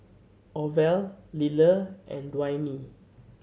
Orvel Liller and Dwaine